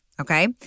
okay